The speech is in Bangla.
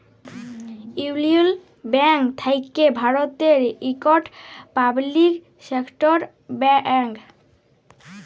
ইউলিয়ল ব্যাংক থ্যাকে ভারতের ইকট পাবলিক সেক্টর ব্যাংক